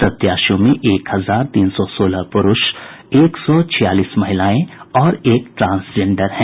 प्रत्याशियों में एक हजार तीन सौ सोलह पुरूष एक सौ छियालीस महिलाएं और एक ट्रांसजेंडर हैं